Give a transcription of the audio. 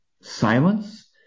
silence